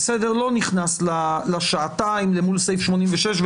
לא נכנס לשעתיים למול סעיף 86,